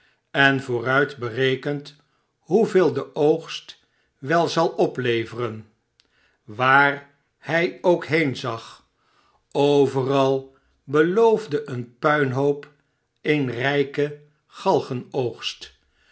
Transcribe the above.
en vooruit berekent hoeveel de oogst wel zal opleveren waar hij k heenzag overal beloofde een puinhoop een rijken